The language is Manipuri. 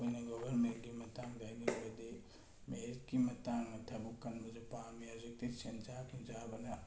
ꯑꯩꯈꯣꯏꯅ ꯒꯚꯔꯟꯃꯦꯟꯒꯤ ꯃꯇꯥꯡꯗ ꯍꯥꯏꯅꯤꯡꯕꯗꯤ ꯃꯦꯔꯤꯠꯀꯤ ꯃꯇꯥꯡꯗ ꯊꯕꯛ ꯈꯟꯕꯁꯤ ꯄꯥꯝꯃꯤ ꯍꯧꯖꯤꯛꯇꯤ ꯁꯦꯟꯖꯥ ꯊꯨꯝꯖꯥꯕꯅ